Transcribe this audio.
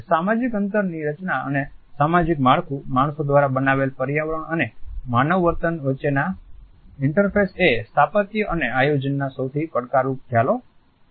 સામાજિક અંતરની રચના અને સામાજિક માળખું માણસો દ્વારા બનાવેલ પર્યાવરણ અને માનવ વર્તન વચ્ચેના ઇન્ટરફેસ એ સ્થાપત્ય અને આયોજનના સૌથી પડકારરૂપ ખ્યાલો છે